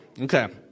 Okay